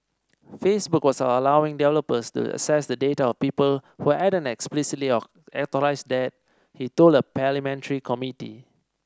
Facebook was allowing developers to access the data of people who hadn't explicitly of authorised that he told a parliamentary committee